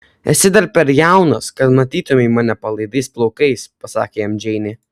esi dar per jaunas kad matytumei mane palaidais plaukais pasakė jam džeinė